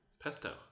Pesto